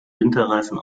winterreifen